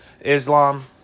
Islam